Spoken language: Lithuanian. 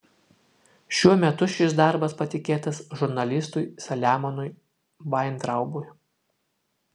šiuo metu šis darbas patikėtas žurnalistui saliamonui vaintraubui